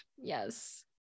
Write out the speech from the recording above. Yes